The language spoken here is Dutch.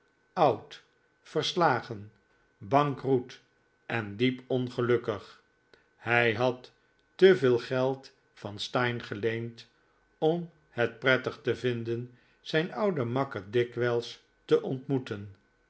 oud verslagen bankroet en diep ongelukkig hij had te veel geld van steyne geleend om het prettig te vinden zijn ouden makker dikwijls te ontmoeten